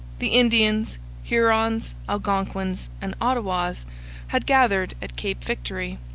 the indians hurons, algonquins, and ottawas had gathered at cape victory,